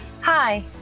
Hi